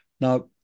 Now